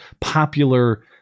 popular